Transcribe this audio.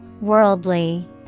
Worldly